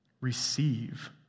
Receive